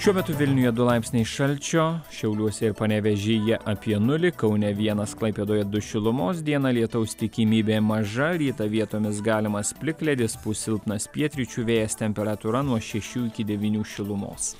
šiuo metu vilniuje du laipsniai šalčio šiauliuose ir panevėžyje apie nulį kaune vienas klaipėdoje du šilumos dieną lietaus tikimybė maža rytą vietomis galimas plikledis pūs silpnas pietryčių vėjas temperatūra nuo šešių iki devynių šilumos